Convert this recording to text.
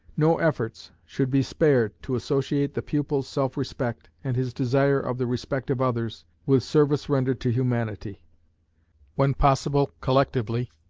no efforts should be spared to associate the pupil's self-respect, and his desire of the respect of others, with service rendered to humanity when possible, collectively,